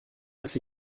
als